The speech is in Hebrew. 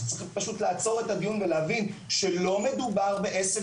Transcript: צריך פשוט לעצור את הדיון ולהבין שלא מדובר בעשב